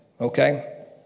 Okay